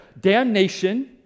damnation